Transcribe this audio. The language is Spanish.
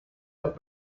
los